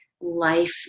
life